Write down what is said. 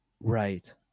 Right